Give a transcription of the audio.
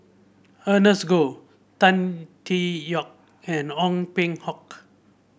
Ernest Goh Tan Tee Yoke and Ong Peng Hock